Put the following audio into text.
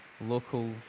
local